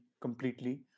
completely